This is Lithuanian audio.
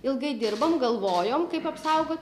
ilgai dirbom galvojom kaip apsaugot